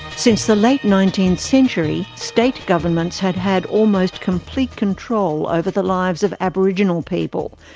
since the late nineteenth century, state governments had had almost complete control over the lives of aboriginal people,